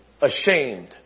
Ashamed